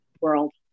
world